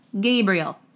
Gabriel